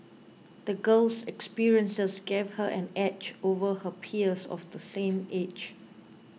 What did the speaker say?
the girl's experiences gave her an edge over her peers of the same age